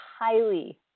highly